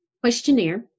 questionnaire